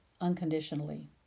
unconditionally